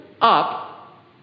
up